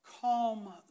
calm